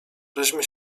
żeśmy